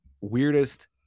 weirdest